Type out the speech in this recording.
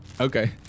Okay